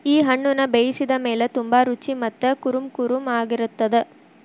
ಈ ಹಣ್ಣುನ ಬೇಯಿಸಿದ ಮೇಲ ತುಂಬಾ ರುಚಿ ಮತ್ತ ಕುರುಂಕುರುಂ ಆಗಿರತ್ತದ